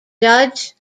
judge